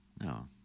No